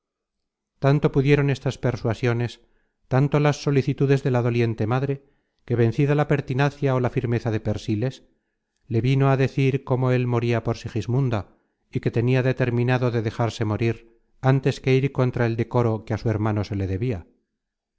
tanto pudieron estas persuasiones tanto las solicitudes de la doliente madre que vencida la pertinacia ó la firmeza de persiles le vino á decir cómo él moria por sigismunda y que tenia determinado de dejarse morir ántes que ir contra el decoro que á su hermano se le debia